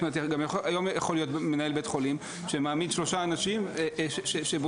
היום יכול להיות מנהל בית חולים שמעמיד שלושה אנשים שבודקים.